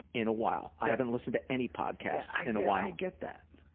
in a while. i haven't listened to any podcasts in a while. i get that.